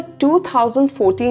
2014